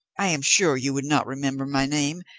i am sure you would not remember my name,